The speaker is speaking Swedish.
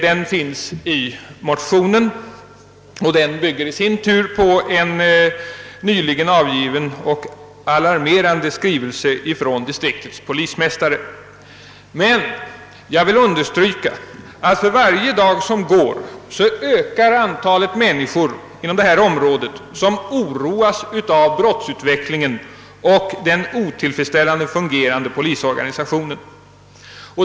Den finns i motionen och bygger i sin tur på en nyligen avgiven och alarmerande skrift från distriktets polismästare. Jag vill understryka att för varje dag som går ökar det antal människor inom detta område som oroas över brottsutvecklingen och den otillfredsställande fungerande polisorganisationen.